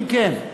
אם כן,